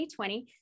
2020